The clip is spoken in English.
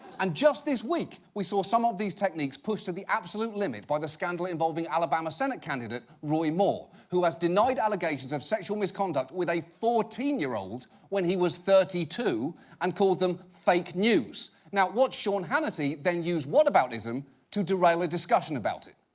and just this week, we saw some of these techniques pushed to the absolute limit by the scandal involving alabama senate candidate roy moore, who has denied allegations of sexual misconduct with a fourteen year old when he was thirty two and called them fake news. now, watch sean hannity then use whataboutism to derail a discussion about it.